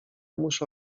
muszę